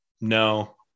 No